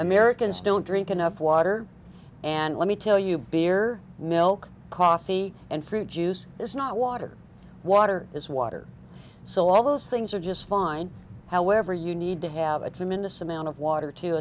americans don't drink enough water and let me tell you beer milk coffee and fruit juice is not water water is water so all those things are just fine however you need to have a tremendous amount of water to